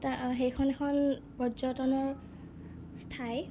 তা সেইখন এখন পৰ্যটনৰ ঠাই